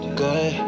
good